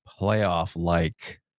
playoff-like